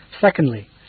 Secondly